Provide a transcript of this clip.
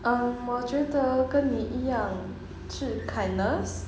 um 我觉得跟你一样是 kindness